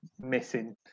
missing